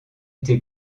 été